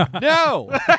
No